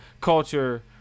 culture